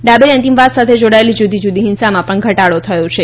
ડાબેરી અંતિમવાદ સાથે જોડાયેલી જુદી જુંસામાં પણ ઘટાડો થયો છે